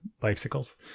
bicycles